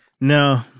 No